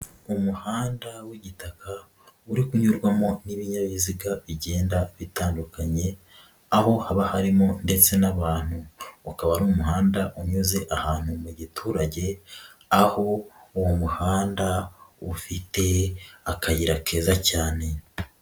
Umuhanda w'igitaka uri kunyurwamo n'ibinyabiziga bigenda bitandukanye aho haba harimo ndetse n'abantu ukaba n'umuhanda unyuze ahantu mu giturage aho uwo muhanda ufite akayira keza cyane.